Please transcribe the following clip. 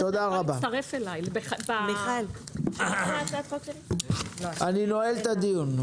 תודה רבה, אני נועל את הדיון.